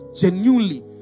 Genuinely